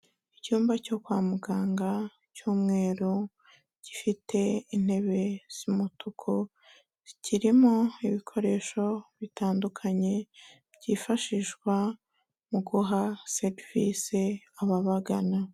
Icyumba cyo kwa muganga cy'umweru, gifite intebe z'umutuku, kirimo ibikoresho bitandukanye byifashishwa mu guha serivise ababagana.